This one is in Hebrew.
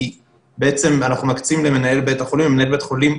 כי בעצם אנחנו מקצים למנהל בית החולים ומנהל בית חולים,